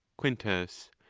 quintus.